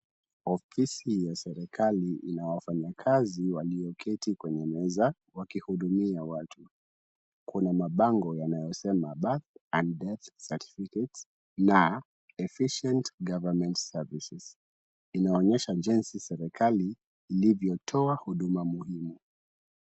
Ofisi ya serikali ina wafanyakazi walioketi kwenye meza wakihudumia watu. Kuna mabango yanayosema birth and death certificates na efficient government services . Inaonyesha jinsi serikali ilivyotoa huduma muhimu.